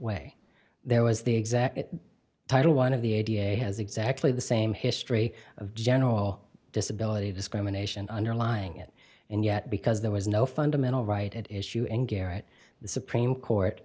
way there was the exact title one of the idea has exactly the same history of general disability discrimination underlying it and yet because there was no fundamental right at issue and garrett the supreme court